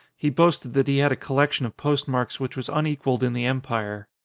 he boasted that he had a collection of postmarks which was unequalled in the empire.